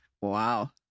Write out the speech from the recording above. wow